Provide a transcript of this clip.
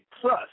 plus